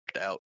out